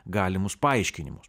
galimus paaiškinimus